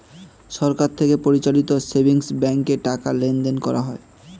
সরকার থেকে পরিচালিত সেভিংস ব্যাঙ্কে টাকা লেনদেন করা হয়